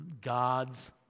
God's